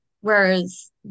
Whereas